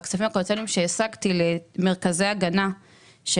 בכספים הקואליציוניים שהשגתי למרכזי הגנה של